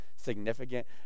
significant